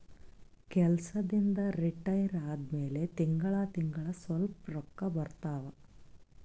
ಕೆಲ್ಸದಿಂದ್ retire ಆದಮ್ಯಾಲ ತಿಂಗಳಾ ತಿಂಗಳಾ ಸ್ವಲ್ಪ ರೊಕ್ಕಾ ಬರ್ತಾವ